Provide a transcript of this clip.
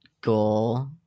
goal